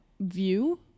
view